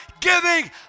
giving